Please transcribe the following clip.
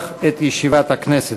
לפתוח את ישיבת הכנסת.